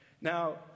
Now